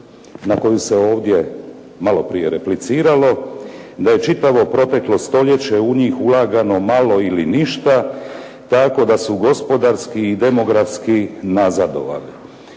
na koju se ovdje maloprije repliciralo da je čitavo proteklo stoljeće u njih ulagano malo ili ništa tako da su gospodarski i demografski nazadovali.